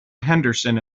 henderson